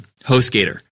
HostGator